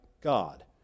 God